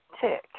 tick